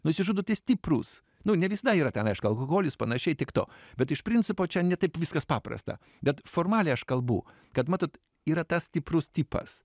nusižudo tik stiprūs nu ne visada yra ten aišku alkoholis panašiai tiek to bet iš principo čia ne taip viskas paprasta bet formaliai aš kalbu kad matot yra tas stiprus tipas